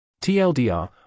TLDR